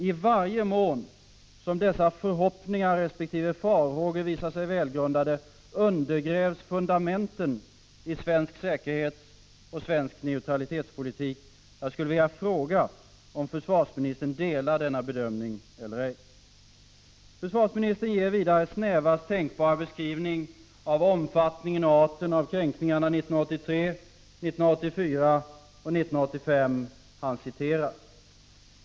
I den mån dessa förhoppningar resp. farhågor visar sig välgrundade undergrävs fundamenten i svensk säkerhetsoch neutralitetspolitik. Jag skulle vilja fråga om försvarsministern delar denna bedömning eller ej. Vidare ger försvarsministern snävaste tänkbara beskrivning av omfattningen och arten av kränkningarna 1983, 1984 och 1985. Han använder även i detta fall citat.